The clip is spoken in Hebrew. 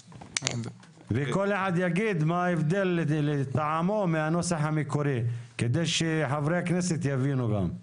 כל אחד יגיד מה ההבדל לטעמו מהנוסח המקורי כדי שחברי הכנסת יבינו גם.